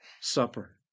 supper